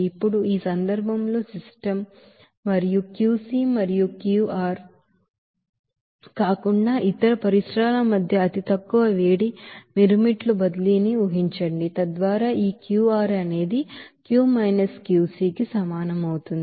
ఇప్పుడు ఈ సందర్భంలో సిస్టమ్ మరియు Qc మరియు Qr ర్కాకుండా ఇతర పరిసరాల మధ్య అతి తక్కువ వేడి మిరుమిట్లు బదిలీ ని ఊహించండి తద్వారాఈ క్యూఆర్ అనేది Q - Qc సమానం అవుతుంది